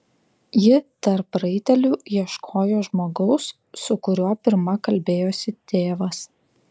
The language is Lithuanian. ji tarp raitelių ieškojo žmogaus su kuriuo pirma kalbėjosi tėvas